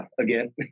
Again